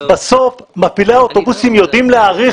בסוף מפעילי האוטובוסים יודעים להעריך